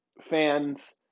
fans